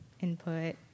input